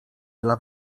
dla